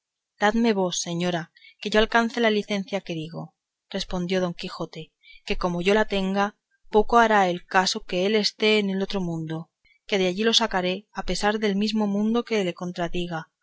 dadme vos señora que yo alcance la licencia que digo respondió don quijote que como yo la tenga poco hará al caso que él esté en el otro mundo que de allí le sacaré a pesar del mismo mundo que lo contradiga